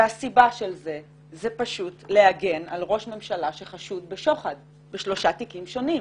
והסיבה של זה היא הגנה על ראש ממשלה שחשוד בשוחד בשלושה תיקים שונים.